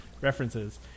References